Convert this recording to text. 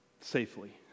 safely